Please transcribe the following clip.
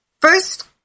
first